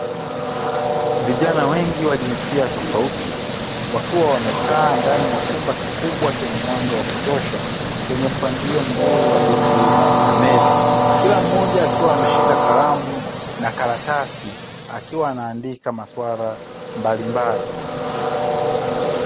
Vijana wengi wa jinsia tofauti wakiwa wamekaa ndani ya chumba kikubwa chenye mwanga wa kutosha chenye mpangilio mzuri wa viti na meza, kila mmoja akiwa ameshika kalamu na karatasi akiwa anaandika masuala mbalimbali.